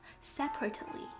separately